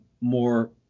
more